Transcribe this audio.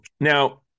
now